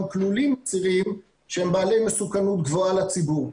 כלולים אסירים שהם בעלי מסוכנות גבוהה לציבור.